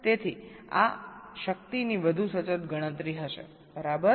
તેથી આ પાવરની વધુ સચોટ ગણતરી હશે બરાબર